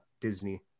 disney